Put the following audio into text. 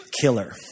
killer